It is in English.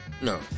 No